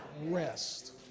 rest